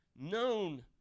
known